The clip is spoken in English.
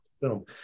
film